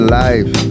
life